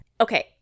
Okay